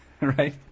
Right